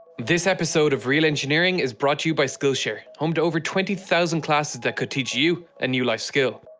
this episode of real engineering is brought to you by skillshare, home to over twenty thousand classes that could teach you a new lift like skill.